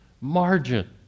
margin